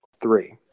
three